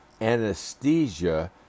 anesthesia